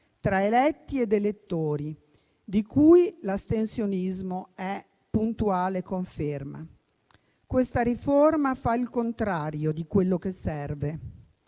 tra eletti ed elettori, di cui l'astensionismo è puntuale conferma. Questa riforma fa il contrario di quello che serve.